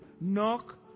Knock